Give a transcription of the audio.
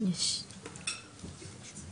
שזה יותר